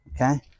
okay